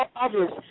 others